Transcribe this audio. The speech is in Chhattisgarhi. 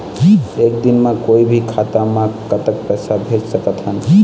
एक दिन म कोई भी खाता मा कतक पैसा भेज सकत हन?